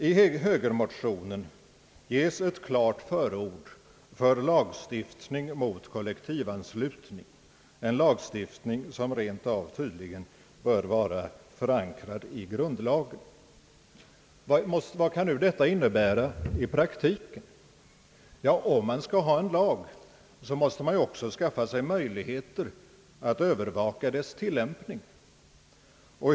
I högermotionen ges ett klart förord åt lagstiftning mot kollektivanslutning, en lagstiftning som man tydligen rent av vill se förankrad i grundlagen. Vad kan nu detta innebära i praktiken? Ja, om man skall ha en lag, måste man ju också skaffa sig möjligheter att övervaka dess tillämpning.